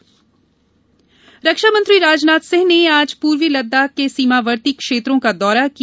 रक्षा मंत्री रक्षा मंत्री राजनाथ सिंह ने आज पूर्वी लद्दाख के सीमावर्ती क्षेत्रों का दौरा किया